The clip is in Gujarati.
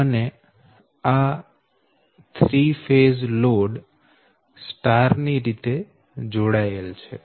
અને આ 3 ફેઝ લોડ સ્ટાર ની રીતે જોડાયેલ છે